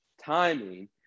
timing